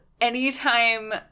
anytime